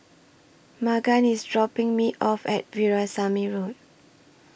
Magan IS dropping Me off At Veerasamy Road